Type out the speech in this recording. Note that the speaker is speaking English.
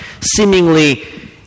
seemingly